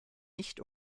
nicht